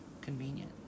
convenient